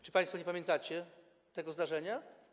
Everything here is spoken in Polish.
Czy państwo nie pamiętacie tego zdarzenia?